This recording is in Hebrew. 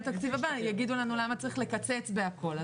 תקציב הבא יגידו למה צריך לקצץ בכל הדברים.